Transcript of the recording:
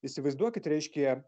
įsivaizduokit reiškia